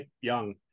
young